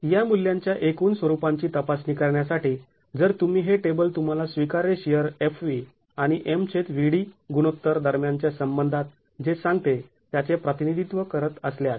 तर या मूल्यांच्या एकूण स्वरूपांची तपासणी करण्यासाठी जर तुम्ही हे टेबल तुम्हाला स्वीकार्य शिअर Fv आणि MVd गुणोत्तर दरम्यानच्या संबंधात जे सांगते त्याचे प्रतिनिधित्व करत असल्यास